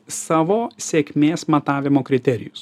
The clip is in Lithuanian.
savo sėkmės matavimo kriterijus